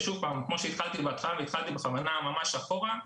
כפי שאמרתי בהתחלה, והתחלתי בכוונה ממש אחורה,